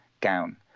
gown